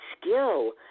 skill